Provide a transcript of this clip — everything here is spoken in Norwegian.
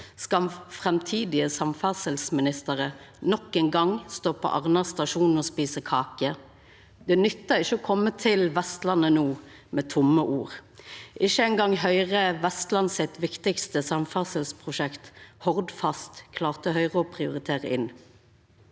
Skal framtidige samferdselsministrar nok ein gong stå på Arna stasjon og eta kake? Det nyttar ikkje å koma til Vestlandet no med tomme ord. Ikkje eingong Vestland Høgre sitt viktigaste samferdselsprosjekt, Hordfast, klarte Høgre å prioritera inn.